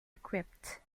equipped